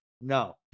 no